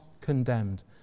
condemned